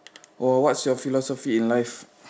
oh what's your philosophy in life